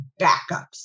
backups